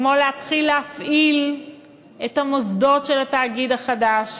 כמו להתחיל להפעיל את המוסדות של התאגיד החדש.